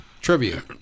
trivia